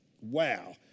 Wow